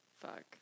Fuck